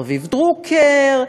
רביב דרוקר,